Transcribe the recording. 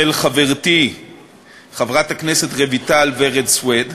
של חברתי חברת הכנסת רויטל ורד סויד,